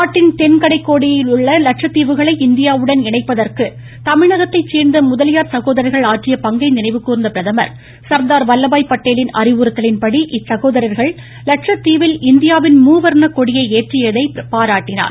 நாட்டின் தென் கடைக்கோடியில் உள்ள கலட்சத் தீவுகளை இந்தியாவுடன் இணைப்பதற்கு தமிழ்நாட்டைச் சேர்ந்த முதலியார் சகோதரர்கள் அற்றிய பங்கை நினைவுக்கூர்ந்த பிரதமர் சர்தார் வல்லபாய் பட்டேலின் அறிவுறுத்தலின்படி இச்சகோதரா்கள் லட்சத்தீவில் இந்தியாவின் மூவா்ணக் கொடியை ஏற்றியதை பாராட்டினார்